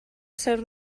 cert